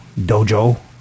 dojo